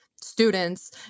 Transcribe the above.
students